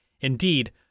Indeed